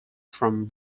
from